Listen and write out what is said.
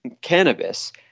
cannabis